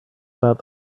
about